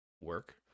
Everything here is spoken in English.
work